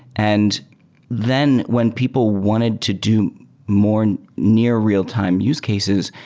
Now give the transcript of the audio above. and then when people wanted to do more near real-time use cases,